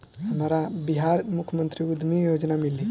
हमरा बिहार मुख्यमंत्री उद्यमी योजना मिली?